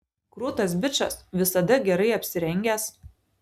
krūtas bičas visada gerai apsirengęs